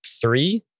three